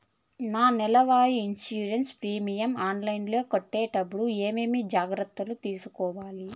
నా నెల వారి ఇన్సూరెన్సు ప్రీమియం ఆన్లైన్లో కట్టేటప్పుడు ఏమేమి జాగ్రత్త లు తీసుకోవాలి?